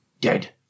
dead